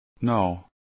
No